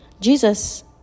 Jesus